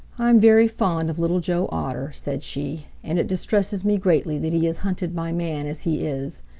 i'm very fond of little joe otter, said she, and it distresses me greatly that he is hunted by man as he is.